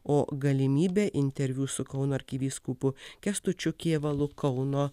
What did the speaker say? o galimybė interviu su kauno arkivyskupu kęstučiu kėvalu kauno